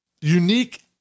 unique